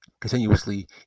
continuously